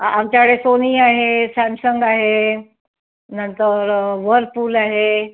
आ आमच्याकडे सोनी आहे सॅमसंग आहे नंतर व्हर्लपूल आहे